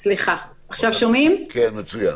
תודה.